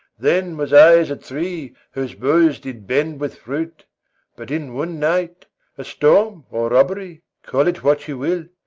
then was i as a tree whose boughs did bend with fruit but in one night a storm, or robbery, call it what you will,